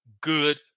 good